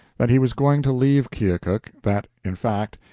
that he was going to leave keokuk, that, in fact,